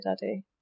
daddy